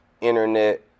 internet